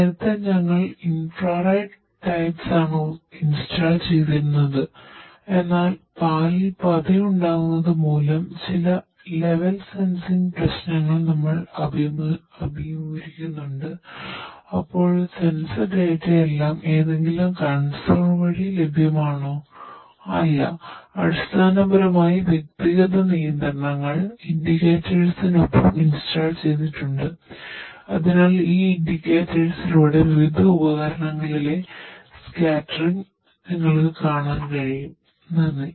നേരത്തെ ഞങ്ങൾ infrared types നിങ്ങൾക്ക് കാണാൻ കഴിയും നന്ദി